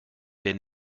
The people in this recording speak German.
der